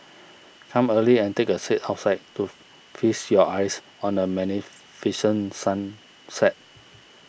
come early and take a seat outside to feast your eyes on the magnificent sunset